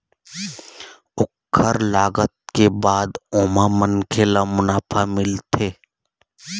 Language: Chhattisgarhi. ओखर लागत के बाद ओमा मनखे ल मुनाफा मिलथे